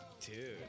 Dude